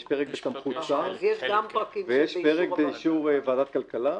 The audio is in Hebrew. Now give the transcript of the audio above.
יש פרק בסמכות שר, ויש פרק באישור ועדת כלכלה.